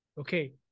Okay